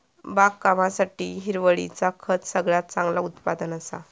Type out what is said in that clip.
बागकामासाठी हिरवळीचा खत सगळ्यात चांगला उत्पादन असा